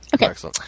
Okay